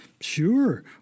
sure